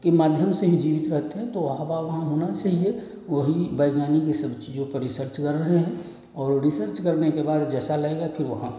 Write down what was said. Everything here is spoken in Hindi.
के माध्यम से ही जीवित रहते है तो हवा वहाँ होना चाहिए वही वैज्ञानिक इन सब चीज़ों पर रिसर्च कर रहे हैं और रिसर्च करने के बाद जैसा लगेगा कि वहाँ